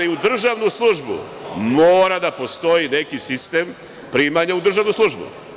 U državnoj službi mora da postoji neki sistem primanja u državnu službu.